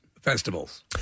festivals